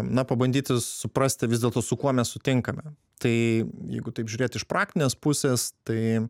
na pabandyti suprasti vis dėlto su kuo mes sutinkame tai jeigu taip žiūrėt iš praktinės pusės tai